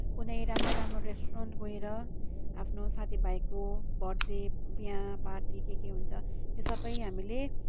कुनै राम्रो राम्रो रेस्टुरेन्ट गएर आफ्नो साथीभाइको बर्थडे त्यहाँ पार्टी के के हुन्छ त्यो सबै हामीले